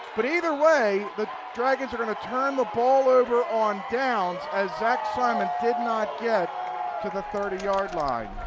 but either way the dragons are going to turn the ball over on downs. as zach simon did not get to the thirty yard line.